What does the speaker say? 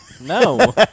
No